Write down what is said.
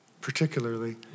particularly